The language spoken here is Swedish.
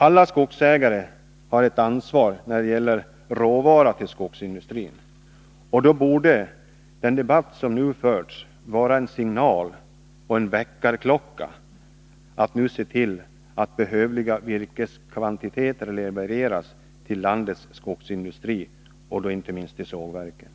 Alla skogsägare har ett ansvar när det gäller råvara till skogsindustrin, och då borde den debatt som nu förts vara en signal och en väckarklocka, så att man ser till att behövliga virkeskvantiteter levereras till landets skogsindustri och då inte minst till sågverken.